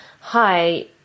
Hi